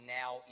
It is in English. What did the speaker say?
now